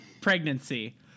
Pregnancy